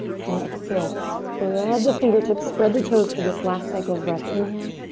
and exhales. spread the fingertips spread the toes for this last cycle of breath, inhale.